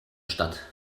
statt